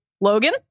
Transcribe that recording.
Logan